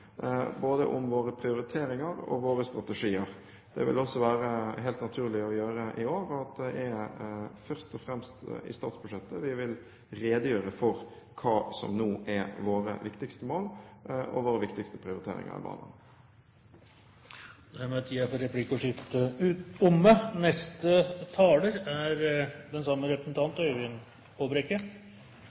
både om sine prioriteringer og sine strategier. Det vil det også være helt naturlig å gjøre i år, og det er først og fremst i statsbudsjettet vi vil redegjøre for hva som nå er våre viktigste mål og våre viktigste prioriteringer i barnevernet. Replikkordskiftet er omme.